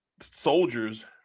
soldiers